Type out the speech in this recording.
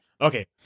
Okay